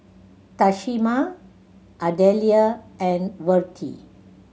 Tamisha Ardelia and Vertie